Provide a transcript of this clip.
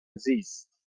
زیست